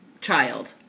child